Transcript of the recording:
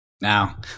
Now